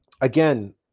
Again